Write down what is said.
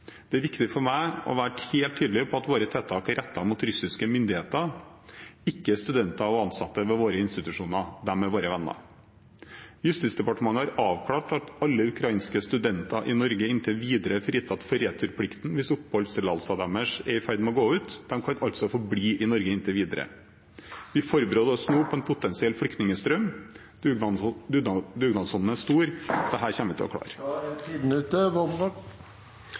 Det er viktig for meg å være helt tydelig på at våre tiltak er rettet mot russiske myndigheter, ikke mot studenter og ansatte ved våre institusjoner. De er våre venner. Justisdepartementet har avklart at alle ukrainske studenter i Norge inntil videre er fritatt for returplikten hvis oppholdstillatelsen deres er i ferd med å gå ut. De kan altså få bli i Norge inntil videre. Vi forbereder oss nå på en potensiell flyktningstrøm. Dugnadsånden er stor , dette kommer vi til å klare. Da er tiden ute.